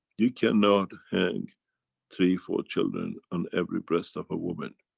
you cannot hang three four children on every breast of a woman.